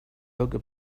yoga